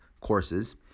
courses